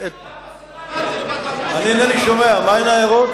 לזרות חול בעיניהם של